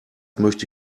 möchte